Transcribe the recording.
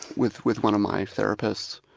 with with one of my therapists,